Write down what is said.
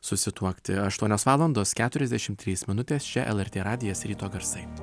susituokti aštuonios valandos keturiasdešimt trys minutės čia lrt radijas ryto garsai